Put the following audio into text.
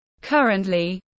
Currently